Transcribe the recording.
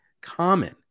common